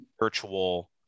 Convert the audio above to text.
virtual